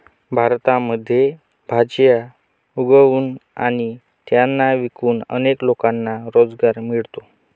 भारतामध्ये भाज्या उगवून आणि त्यांना विकून अनेक लोकांना रोजगार मिळतो